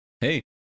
hey